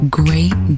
great